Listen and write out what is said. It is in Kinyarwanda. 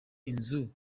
inzu